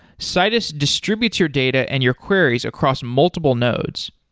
citus distributes your data and your queries across multiple nodes.